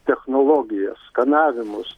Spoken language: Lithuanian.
technologijas skanavimus